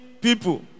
people